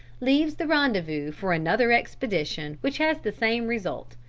leaves the rendezvous for another expedition which has the same result,